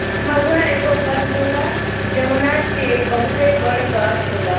महुवा एगो फल होला जवना के बहुते बड़ गाछ होला